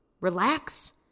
relax